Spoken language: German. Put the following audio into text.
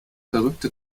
verrückte